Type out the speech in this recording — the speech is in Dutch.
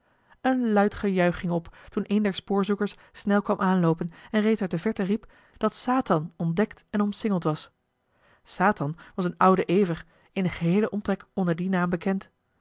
een luid gejuich ging op toen een der spoorzoekers snel kwam aanloopen en reeds uit de verte riep dat satan ontdekt en omsingeld was satan was een oude ever in den geheelen omtrek onder dien naam bekend